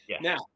Now